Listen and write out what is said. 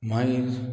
मागीर